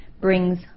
brings